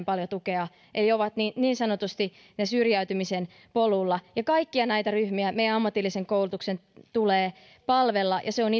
paljon tukea eli ovat niin niin sanotusti syrjäytymisen polulla kaikkia näitä ryhmiä meidän ammatillisen koulutuksen tulee palvella ja se on